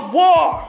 war